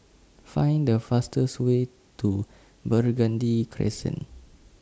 Find The fastest Way to Burgundy Crescent